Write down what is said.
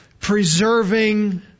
preserving